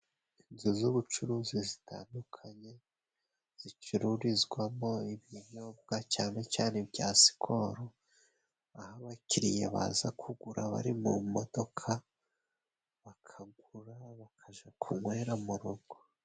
Inzu z'ubucuruzi zitandukanye zicururizwamo ibinyobwa cyane cyane ibya sikoro aho abakiriya baza kugura bari mu modoka bakagura bakaja kunywera mu rugo.